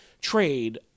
trade